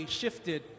shifted